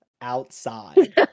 Outside